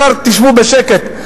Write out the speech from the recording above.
העיקר תשבו בשקט.